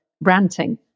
ranting